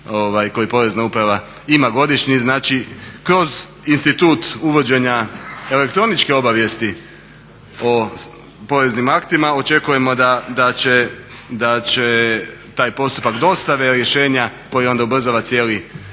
koji porezna uprava ima godišnje. Znači kroz institut uvođenja elektroničke obavijesti o poreznim aktima očekujemo da će taj postupak dostave rješenja koji onda ubrzava cijeli